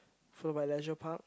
followed by leisure park